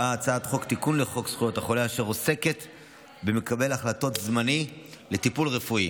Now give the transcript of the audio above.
לחוק זכויות החולה אשר עוסק במקבל החלטות זמני לטיפול רפואי.